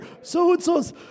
So-and-so's